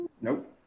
Nope